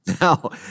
Now